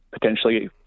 potentially